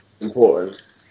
important